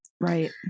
Right